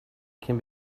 can